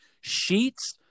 sheets